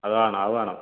അതാണ് അത് വേണം